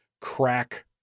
crack